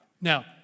Now